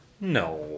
No